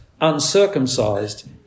uncircumcised